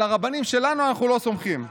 על הרבנים שלנו אנחנו לא סומכים,